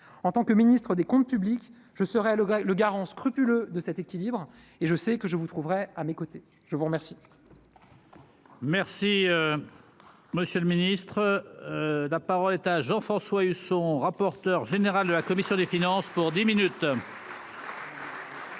en tant que ministre des Comptes publics, je serai le gars le garant scrupuleux de cet équilibre et je sais que je vous trouverai à mes côtés, je vous remercie. Merci, monsieur le Ministre. La parole est à Jean-François Husson rapporteur. Général de la commission des finances pour dix minutes.